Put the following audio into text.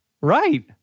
Right